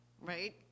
Right